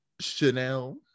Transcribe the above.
Chanel